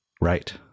Right